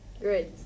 great